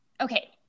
okay